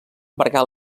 marcar